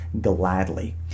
gladly